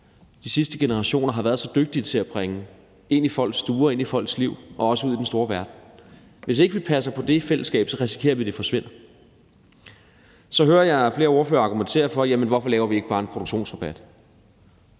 de sidste generationer har været så dygtige til at bringe ind i folks stuer, ind i folks liv og også ud i den store verden. Hvis ikke vi passer på det i fællesskab, risikerer vi, at det forsvinder. Så hører jeg flere ordførere argumentere for: Jamen hvorfor laver vi ikke bare en produktionsrabat?